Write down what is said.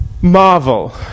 marvel